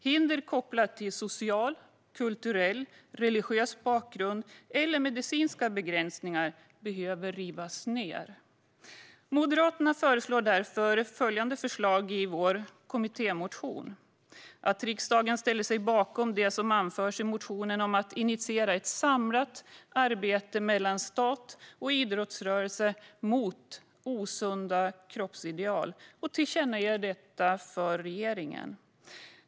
Hinder som är kopplade till social, kulturell och religiös bakgrund eller medicinska begränsningar behöver rivas. Vi föreslår därför i vår kommittémotion att riksdagen ska ställa sig bakom att initiera ett samlat arbete mellan stat och idrottsrörelse mot osunda kroppsideal och tillkännage detta för regeringen.